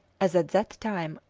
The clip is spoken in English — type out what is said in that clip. as at that time,